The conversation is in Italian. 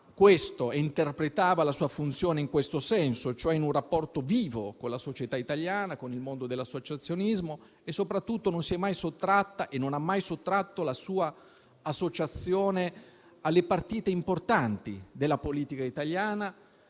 questo e interpretava la sua funzione in questo senso, in un rapporto vivo con la società italiana e con il mondo dell'associazionismo, soprattutto non si è mai sottratta e non ha mai sottratto la sua associazione alle partite importanti della politica italiana,